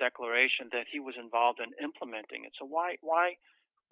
declaration that he was involved in implementing it so why why